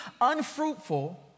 unfruitful